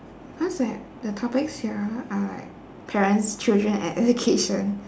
because like the topics here are like parents children and education